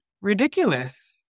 Ridiculous